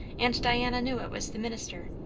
and diana knew it was the minister.